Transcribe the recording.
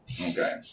Okay